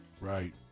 Right